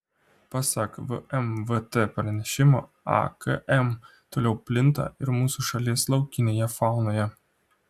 pasak vmvt pranešimo akm toliau plinta ir mūsų šalies laukinėje faunoje